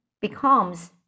becomes